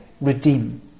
redeem